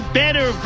better